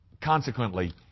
consequently